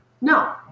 No